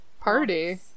party